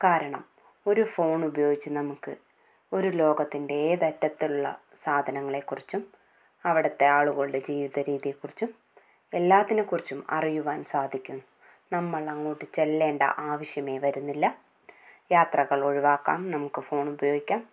കാരണം ഒരു ഫോൺ ഉപയോഗിച്ച് നമുക്ക് ഒരു ലോകത്തിൻ്റെ ഏതറ്റത്തുള്ള സാധനങ്ങളെക്കുറിച്ചും അവിടുത്തെ ആളുകളുടെ ജീവിതരീതിയെക്കുറിച്ചും എല്ലാത്തിനെക്കുറിച്ചും അറിയുവാൻ സാധിക്കും നമ്മൾ അങ്ങോട്ട് ചെല്ലേണ്ട ആവശ്യമേ വരുന്നില്ല യാത്രകൾ ഒഴിവാക്കാം നമുക്ക് ഫോൺ ഉപയോഗിക്കാം